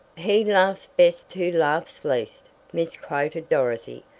he laughs best who laughs least, misquoted dorothy,